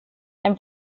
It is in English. and